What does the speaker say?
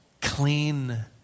clean